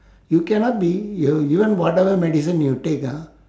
you cannot be you're even whatever medicine you take ah